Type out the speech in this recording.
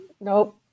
nope